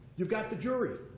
you've got the jury.